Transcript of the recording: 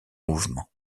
mouvements